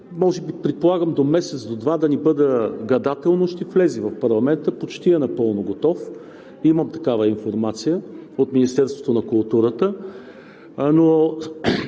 може би, предполагам до месец, до два, да не бъда гадател, но ще влезе в парламента, почти е напълно готов, имам такава информация от Министерството на културата.